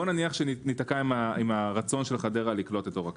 בוא נניח שניתקע עם הרצון של חדרה לקלוט את אור עקיבא,